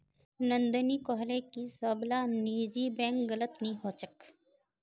नंदिनी कोहले की सब ला निजी बैंक गलत नि होछे